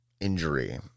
injury